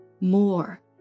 more